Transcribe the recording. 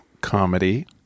comedy